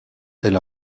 elle